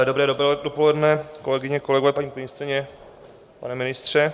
Dobré dopoledne, kolegyně, kolegové, paní ministryně, pane ministře.